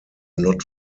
not